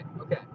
okay